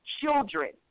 children